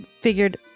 figured